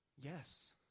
Yes